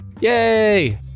Yay